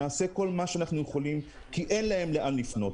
שנעשה כל מה שאנחנו יכולים כי אין להם לאן לפנות.